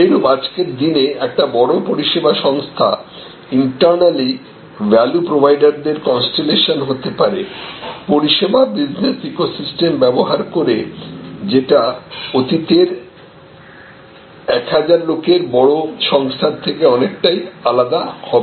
সেইরূপ আজকের দিনে একটি বড় পরিষেবা সংস্থা ইন্টার্নালি ভ্যালু প্রোভাইডারদের কন্সটেলেশন হতে পারে পরিষেবা বিজনেস ইকোসিস্টেম ব্যবহার করে যেটা অতীতের 1000 লোকের বড় সংস্থার থেকে অনেকটাই আলাদা হবে